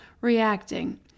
reacting